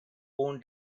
own